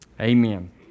amen